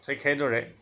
ঠিক সেইদৰে